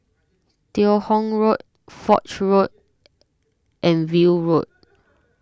Teo Hong Road Foch Road and View Road